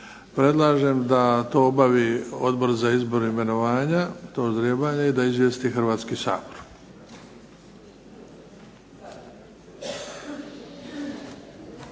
Predlažem da to obavi Odbor za izbor imenovanja, to ždrijebanje, i da izvijesti Hrvatski sabor.